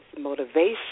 motivation